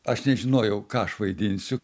aš nežinojau ką aš vaidinsiu